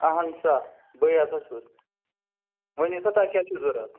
اَہَن سا بٕے ہسا چھُس ؤنِو سا تۄہہِ کیٛاہ چھُو ضوٚرَتھ